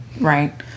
right